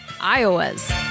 Iowa's